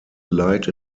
light